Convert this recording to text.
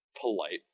polite